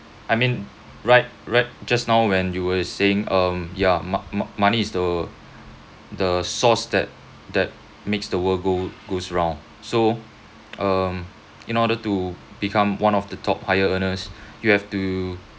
I mean right right just now when you were saying um yeah mo~ mo~ money is the the source that that makes the world go goes round so um in order to become one of the top higher earners you have to